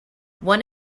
one